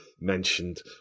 mentioned